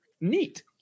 neat